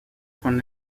von